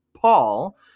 Paul—